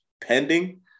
pending